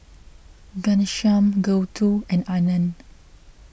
Ghanshyam Gouthu and Anand